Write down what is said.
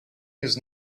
use